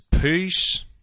Peace